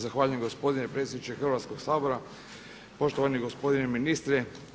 Zahvaljujem gospodine predsjedniče Hrvatskog sabora, poštovani gospodine ministre.